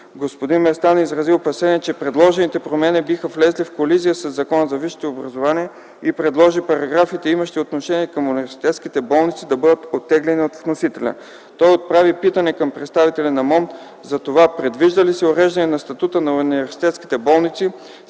Господин Лютви Местан изрази опасения, че предложените промени биха влезли в колизия със Закона за висшето образование и предложи параграфите, имащи отношение към университетските болници, да бъдат оттеглени от вносителя. Той отправи питане към представителя на Министерството на образованието, младежта и науката, за това, предвижда ли се уреждане на статута на университетските болници,